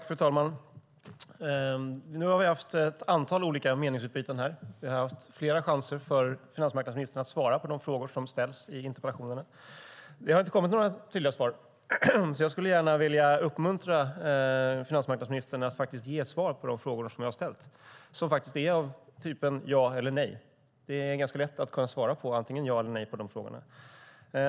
Fru talman! Nu har vi haft ett antal olika meningsutbyten här. Det har funnits flera chanser för finansmarknadsministern att svara på de frågor som ställs i interpellationerna. Det har inte kommit några tydliga svar, så jag skulle gärna vilja uppmuntra finansmarknadsministern att faktiskt ge ett svar på de frågor som har ställts. Det är ja eller nejfrågor, och det är ganska lätt att svara antingen ja eller nej på dem.